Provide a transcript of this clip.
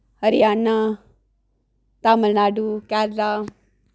Haryana Tamil Nadu Kerala